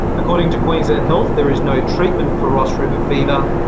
according to queensland health, there is no treatment for ross river fever,